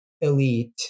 elite